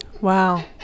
wow